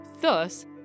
Thus